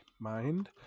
Mind